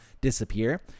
disappear